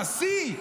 הנשיא.